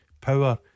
Power